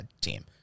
team